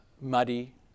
muddy